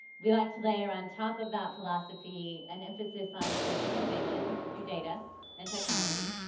we like to layer on top of that philosophy an emphasis on personalization through data and technology.